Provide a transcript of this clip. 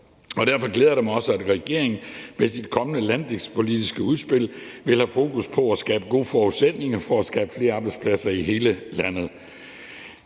og derfor glæder det mig også, at regeringen med sit kommende landdistriktspolitiske udspil vil have fokus på at skabe gode forudsætninger for at skabe flere arbejdspladser i hele landet.